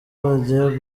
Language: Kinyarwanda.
bagiye